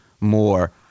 more